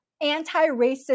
anti-racist